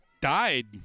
died